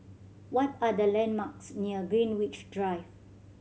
what are the landmarks near Greenwich Drive